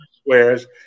Squares